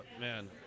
man